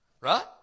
Right